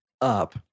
up